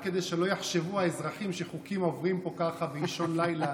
רק כדי שלא יחשבו האזרחים שחוקים עוברים פה ככה באישון לילה,